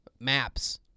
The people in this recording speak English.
maps